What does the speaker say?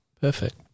perfect